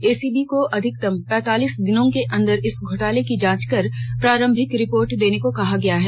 ACB को अधिकतम पैंतालीस दिनों के अंदर इस घोटाले की जांच कर प्रारंभिक रिपोर्ट देने को कहा गया है